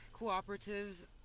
cooperatives